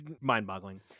mind-boggling